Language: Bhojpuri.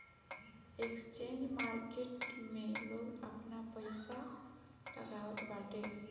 एक्सचेंज मार्किट में लोग आपन पईसा लगावत बाटे